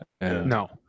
No